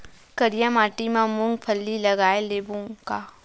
करिया माटी मा मूंग फल्ली लगय लेबों का?